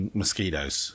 mosquitoes